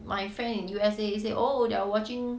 my friend in U_S_A he say oh they're watching